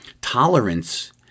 Tolerance